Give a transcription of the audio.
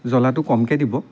জ্বলাটো কমকৈ দিব